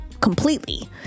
completely